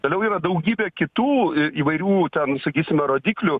toliau yra daugybė kitų įvairių ten sakysime rodiklių